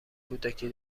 کودکی